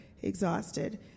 exhausted